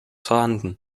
vorhanden